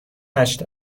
هشت